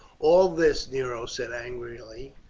all this, nero said angrily,